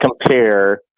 compare